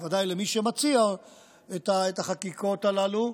בוודאי למי שמציע את החקיקות הללו,